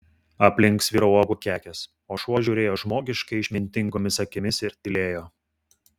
aplink sviro juodų uogų kekės o šuo žiūrėjo žmogiškai išmintingomis akimis ir tylėjo